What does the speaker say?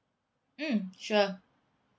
mm sure